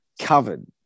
covered